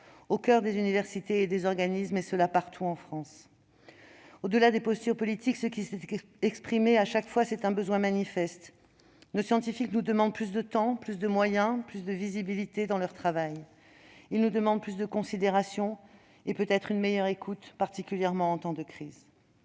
au coeur des universités et des organismes, et ce partout en France. Au-delà des postures politiques, ce qui s'est exprimé chaque fois, c'est un besoin manifeste : nos scientifiques nous demandent plus de temps, plus de moyens et plus de visibilité dans leur travail. Ils nous demandent plus de considération et peut-être une meilleure écoute, particulièrement en temps de crise.